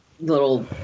little